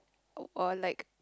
or like